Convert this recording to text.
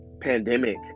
pandemic